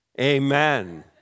Amen